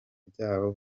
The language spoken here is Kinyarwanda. ryaho